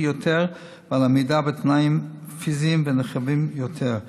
יותר ועל עמידה בתנאים פיזיים ונרחבים יותר.